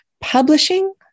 Publishing